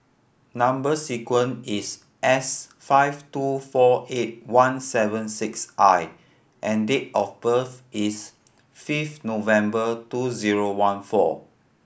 number sequence is S five two four eight one seven six I and date of birth is fifth November two zero one four